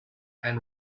and